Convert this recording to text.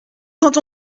quand